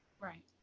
Right